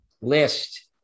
List